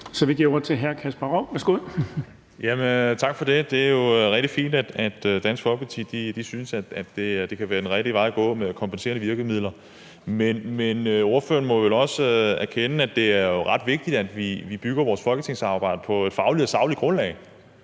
Vi giver ordet til hr. Kasper Roug. Værsgo. Kl. 14:24 Kasper Roug (S): Tak for det. Det er jo rigtig fint, at Dansk Folkeparti synes, at kompenserende virkemidler kan være den rigtige vej at gå, men ordføreren må vel også erkende, at det er ret vigtigt, at vi bygger vores folketingsarbejde på et fagligt og sagligt grundlag.